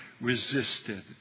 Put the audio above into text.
resisted